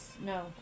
No